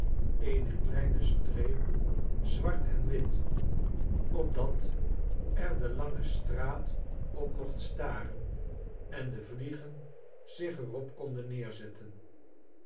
eene kleine streep zwart en wit opdat er de lange straat opmochtstaren en de vliegenzich er op kondenneerzetten